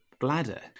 Bladder